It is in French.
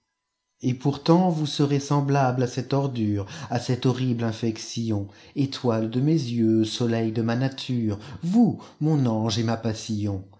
et pourtant vous serez semblable à cette ordure a cette horrible infection étoile de mes yeux soleil de ma nature vous mon ange et ma passion